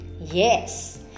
Yes